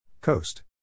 Coast